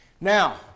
Now